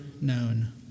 known